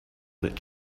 lit